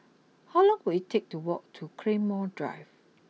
how long will it take to walk to Claymore Drive